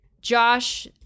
Josh